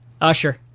Usher